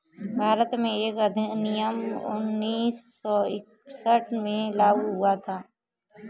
भारत में कर अधिनियम उन्नीस सौ इकसठ में लागू हुआ था